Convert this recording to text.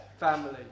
family